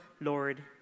Lord